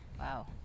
Wow